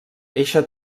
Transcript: eixa